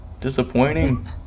Disappointing